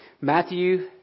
Matthew